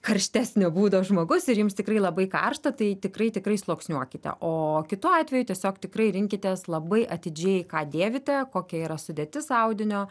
karštesnio būdo žmogus ir jums tikrai labai karšta tai tikrai tikrai sluoksniuokite o kitu atveju tiesiog tikrai rinkitės labai atidžiai ką dėvite kokia yra sudėtis audinio